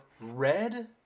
red